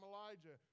Elijah